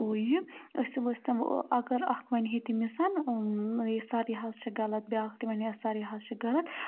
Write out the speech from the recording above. ہُو یہِ أسۍ ٲسۍ تِم اگر اَکھ وَنہِ ہے تٔمِس یہِ سَر حظ چھِ غلَط بیٛاکھ تہِ وَنِہَس سَر یہِ حظ چھِ غلط